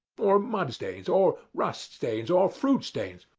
or mud stains, or rust stains, or fruit stains,